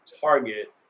target